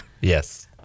Yes